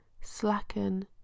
slacken